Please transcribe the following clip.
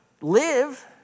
live